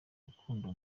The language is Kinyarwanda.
rukundo